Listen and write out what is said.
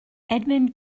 edmond